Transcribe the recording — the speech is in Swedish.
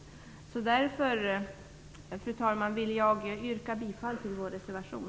Därför, fru talman, vill jag yrka bifall till vår reservation.